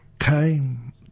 came